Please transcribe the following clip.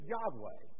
Yahweh